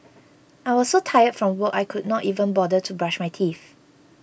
I was so tired from work I could not even bother to brush my teeth